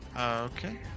Okay